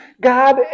God